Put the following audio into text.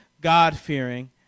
God-fearing